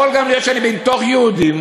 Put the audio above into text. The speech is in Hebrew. יכול גם להיות שאני בתוך יהודים,